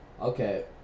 okay